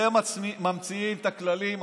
אתם ממציאים את הכללים,